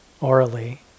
orally